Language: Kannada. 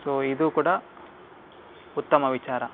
ಸೊ ಇದು ಕೂಡ ಉತ್ತಮ ವಿಚಾರ